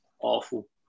awful